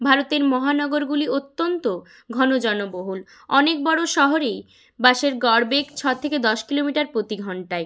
ভারতের মহানগরগুলি অত্যন্ত ঘন জনবহুল অনেক বড়ো শহরেই বাসের গড় বেগ ছ থেকে দশ কিলোমিটার প্রতি ঘন্টায়